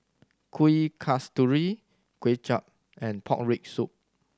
Kuih Kasturi Kway Chap and pork rib soup